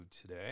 today